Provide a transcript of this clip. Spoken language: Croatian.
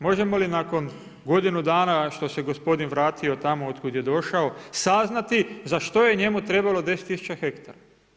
Možemo li nakon godinu dana što se gospodin vratio od tamo otkud je došao saznati za što je njemu trebalo 10 000 hektara?